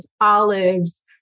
olives